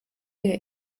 der